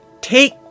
take